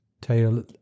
tail